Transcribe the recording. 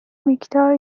miktar